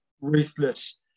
ruthless